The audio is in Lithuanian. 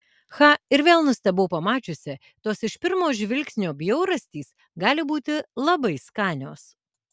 cha ir vėl nustebau pamačiusi tos iš pirmo žvilgsnio bjaurastys gali būti labai skanios